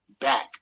back